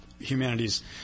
humanities